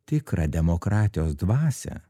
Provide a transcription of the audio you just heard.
tikrą demokratijos dvasią